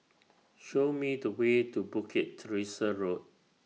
Show Me The Way to Bukit Teresa Road